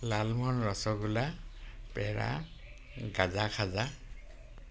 লালমহন ৰসগোল্লা পেৰা গজা খজা